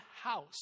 house